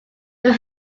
your